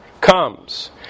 comes